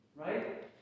right